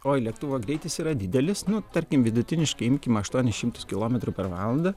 oi lėktuvo greitis yra didelis nu tarkim vidutiniškai imkim aštuonis šimtus kilometrų per valandą